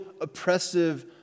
oppressive